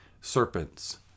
serpents